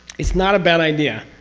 it's not a bad idea,